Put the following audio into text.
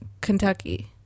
Kentucky